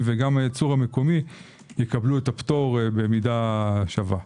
וגם הייצור המקומי יקבלו את הפטור במידה שווה.